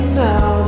now